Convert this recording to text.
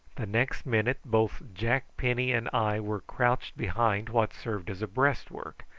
the next minute both jack penny and i were crouched behind what served as a breastwork,